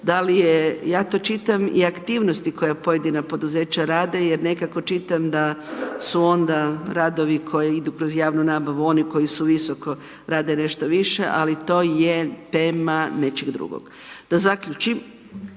ja to čitam i aktivnosti koja pojedina poduzeća rade jer nekako čitam da su onda radovi koji idu kroz javnu nabavu oni koji su visoko, rade nešto više, ali to je tema nečeg drugog. Da zaključim,